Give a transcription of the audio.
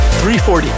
340